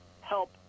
help